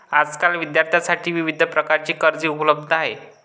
आजकाल विद्यार्थ्यांसाठी विविध प्रकारची कर्जे उपलब्ध आहेत